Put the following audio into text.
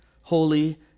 holy